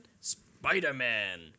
Spider-Man